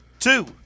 Two